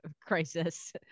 crisis